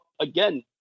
again